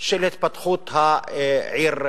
של התפתחות העיר סח'נין.